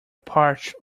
parched